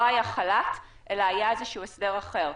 היה חל"ת אלא היה איזשהו הסדר אחר.